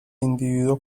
individuo